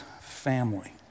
family